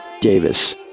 Davis